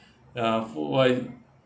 ya food wise